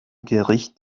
gericht